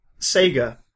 Sega